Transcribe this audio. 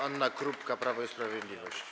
Anna Krupka, Prawo i Sprawiedliwość.